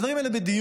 הדברים האלה בדיון.